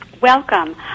Welcome